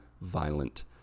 violent